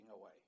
away